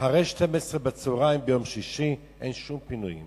אחרי 12:00 ביום שישי אין שום פינויים,